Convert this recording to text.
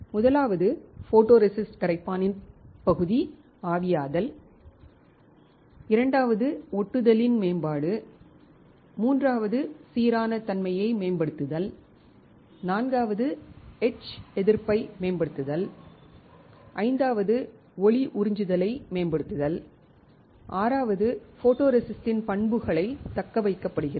முதலாவது ஃபோட்டோரெசிஸ்ட் கரைப்பானின் பகுதி ஆவியாதல் இரண்டாவது ஒட்டுதலின் மேம்பாடு மூன்றாவது சீரான தன்மையை மேம்படுத்துதல் நான்காவது எட்ச் எதிர்ப்பை மேம்படுத்துதல் ஐந்தாவது ஒளி உறிஞ்சுதலை மேம்படுத்துதல் ஆறாவது ஃபோட்டோரெசிஸ்ட்டின் பண்புகள் தக்கவைக்கப்படுகிறது